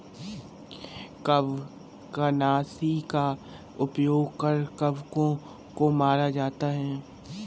कवकनाशी का उपयोग कर कवकों को मारा जाता है